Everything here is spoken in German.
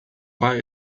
war